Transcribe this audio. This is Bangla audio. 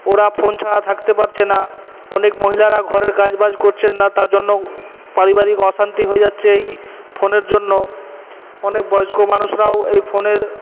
ওরা ফোন ছাড়া থাকতে পারছে না অনেক মহিলারা ঘরের কাজবাজ করছেন না তার জন্য পারিবারিক অশান্তি হয়ে যাচ্ছে এই ফোনের জন্য অনেক বয়স্ক মানুষরাও এই ফোনের